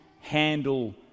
handle